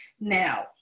now